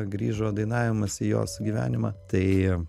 grįžo dainavimas į jos gyvenimą tai